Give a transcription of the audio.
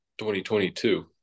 2022